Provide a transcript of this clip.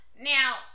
Now